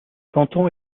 canton